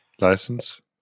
License